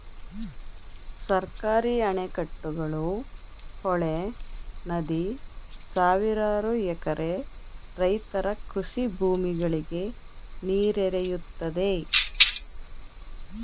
ಸರ್ಕಾರಿ ಅಣೆಕಟ್ಟುಗಳು, ಹೊಳೆ, ನದಿ ಸಾವಿರಾರು ಎಕರೆ ರೈತರ ಕೃಷಿ ಭೂಮಿಗಳಿಗೆ ನೀರೆರೆಯುತ್ತದೆ